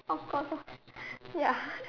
of course ya